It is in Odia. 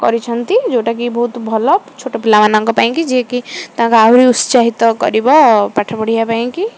କରିଛନ୍ତି ଯୋଉଟାକି ବହୁତ ଭଲ ଛୋଟ ପିଲାମାନଙ୍କ ପାଇଁକି ଯିଏକି ତାଙ୍କୁ ଆହୁରି ଉତ୍ସାହିତ କରିବ ପାଠ ପଢ଼ିବା ପାଇଁକି